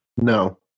No